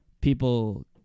people